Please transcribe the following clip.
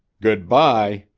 good-bye,